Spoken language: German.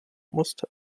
musste